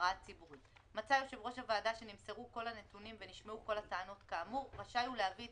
והם יהיו זכאים להשמיע את